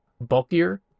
bulkier